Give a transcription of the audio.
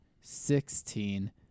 sixteen